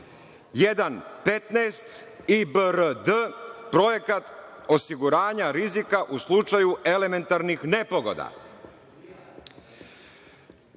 u pitanju projekat osiguranja rizika u slučaju elementarnih nepogoda